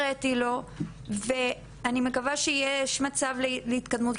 הראיתי לו ואני מקווה שיהיה מצב להתקדמות.